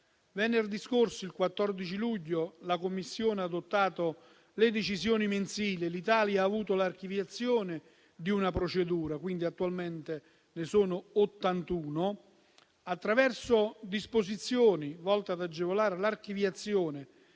Venerdì scorso, il 14 luglio, la Commissione ha adottato le decisioni mensili e l'Italia ha avuto l'archiviazione di una procedura (quindi attualmente sono 81). Attraverso disposizioni volte ad agevolare l'archiviazione